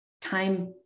time